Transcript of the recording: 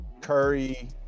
curry